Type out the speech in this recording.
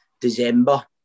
December